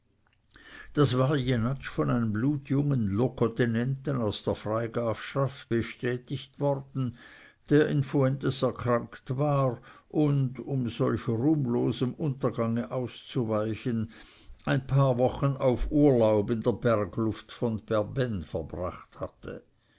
das war jenatsch von einem blutjungen locotenenten aus der freigrafschaft bestätigt worden der in fuentes erkrankt war und um solch ruhmlosem untergange auszuweichen ein paar wochen auf urlaub in der bergluft von berbenn verlebt hatte